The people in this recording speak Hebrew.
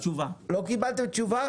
לא קיבלתם תשובה?